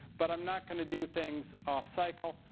but i'm not going to do things off cycle.